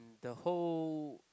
in the whole